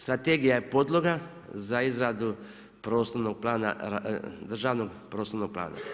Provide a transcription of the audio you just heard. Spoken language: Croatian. Strategija je podloga za izradu prostornog plana, državnog prostornog plana.